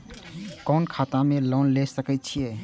कोन खाता में लोन ले सके छिये?